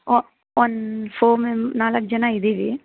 ಒಂದ್ ಫೋರ್ ಮೆಮ್ ನಾಲ್ಕು ಜನ ಇದ್ದೀವಿ